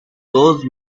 those